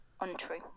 untrue